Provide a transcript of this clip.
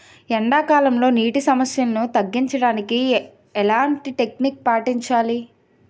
ఎండా కాలంలో, నీటి సమస్యలను తగ్గించడానికి ఎలాంటి టెక్నిక్ పాటించాలి?